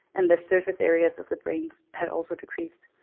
and the surface areas of the brains had also decreased.